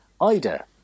ida